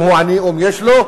אם הוא עני או אם יש לו,